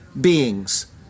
beings